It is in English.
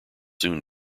soon